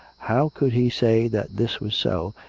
how could he say that this was so,